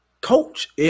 coach